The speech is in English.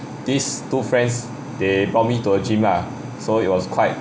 these two friends they brought me to a gym lah so it was quite